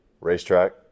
racetrack